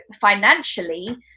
financially